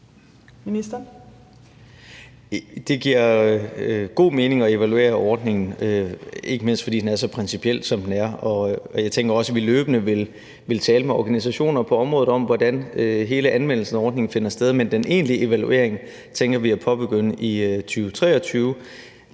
Det giver god mening at evaluere ordningen, ikke mindst fordi den er så principiel, som den er, og jeg tænker også, at vi løbende vil tale med organisationer på området om, hvordan hele anvendelsen af ordningen finder sted. Men den egentlige evaluering tænker vi at påbegynde i 2023.